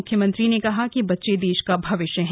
मुख्यमंत्री ने कहा कि बच्चे देश का भविष्य हैं